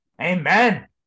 Amen